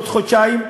בעוד חודשיים,